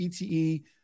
ETE